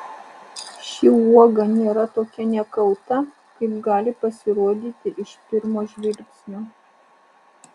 ši uoga nėra tokia nekalta kaip gali pasirodyti iš pirmo žvilgsnio